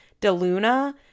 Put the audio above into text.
DeLuna